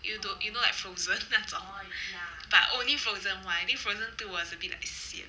you don't you know like frozen 那种 but only frozen one I think frozen two was a bit like sian